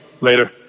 Later